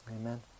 amen